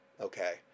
okay